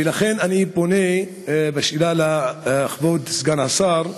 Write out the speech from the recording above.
ולכן אני פונה בשאלה לכבוד סגן השר: